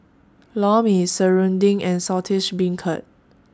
Lor mMe Serunding and Saltish Beancurd